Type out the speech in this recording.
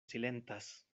silentas